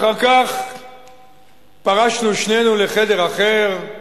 אחר כך פרשנו שנינו לחדר אחר,